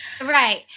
Right